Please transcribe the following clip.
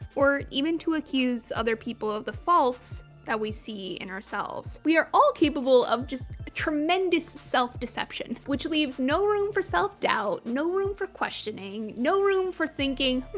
even to accuse other people of the faults that we see in ourselves. we are all capable of just. tremendous self-deception. which leaves no room for self-doubt, no room for questioning, no room for thinking